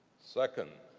second,